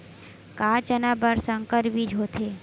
का चना बर संकर बीज होथे?